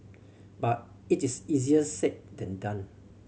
but it is easier said than done